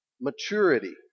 maturity